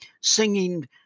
singing